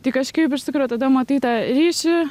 tai kažkaip iš tikrųjų tada matai tą ryšį